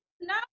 No